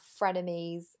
frenemies